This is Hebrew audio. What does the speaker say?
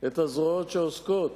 את הזרועות שעוסקות